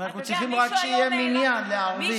אנחנו צריכים רק שיהיה מניין לערבית.